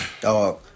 dog